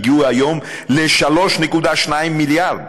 הגיעו היום ל-3.2 מיליארד.